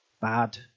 bad